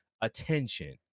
attention